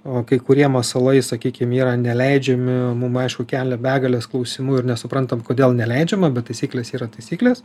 o kai kurie masalai sakykim yra neleidžiami mum aišku kelia begales klausimų ir nesuprantam kodėl neleidžiama bet taisyklės yra taisyklės